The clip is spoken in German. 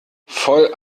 voll